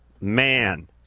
man